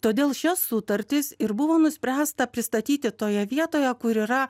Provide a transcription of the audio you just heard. todėl šias sutartis ir buvo nuspręsta pristatyti toje vietoje kur yra